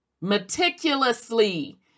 Meticulously